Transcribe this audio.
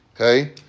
okay